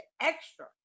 extra